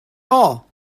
all